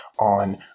on